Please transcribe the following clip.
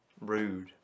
Rude